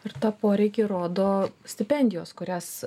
ir tą poreikį rodo stipendijos kurias